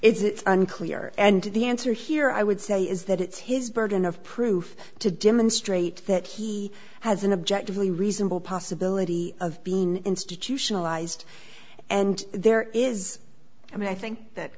it's unclear and the answer here i would say is that it's his burden of proof to demonstrate that he has an objective really reasonable possibility of being institutionalized and there is i mean i think that